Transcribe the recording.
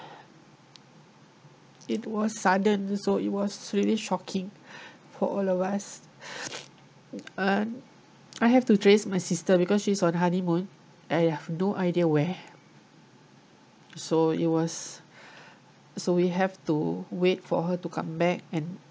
it was sudden so it was really shocking for all of us and I have to dress my sister because she's on honeymoon and I have no idea where so it was so we have to wait for her to come back and